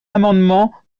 amendement